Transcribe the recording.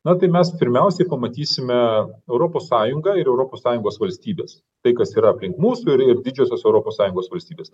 na tai mes pirmiausiai pamatysime europos sąjungą ir europos sąjungos valstybes tai kas yra aplink mus ir ir didžiosios europos sąjungos valstybės